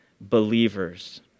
believers